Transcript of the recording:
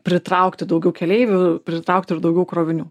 pritraukti daugiau keleivių pritraukti ir daugiau krovinių